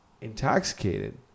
Intoxicated